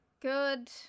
good